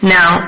Now